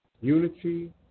unity